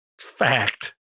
Fact